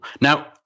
Now